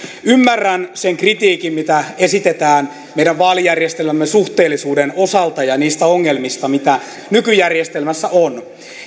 ymmärrän sen kritiikin mitä esitetään meidän vaalijärjestelmämme suhteellisuuden ja niiden ongelmien osalta mitä nykyjärjestelmässä on